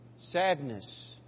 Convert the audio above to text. Sadness